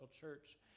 church